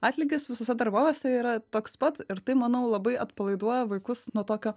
atlygis visuose darbovietėse yra toks pat ir tai manau labai atpalaiduoja vaikus nuo tokio